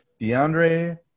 DeAndre